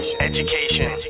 education